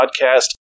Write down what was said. podcast